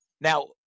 Now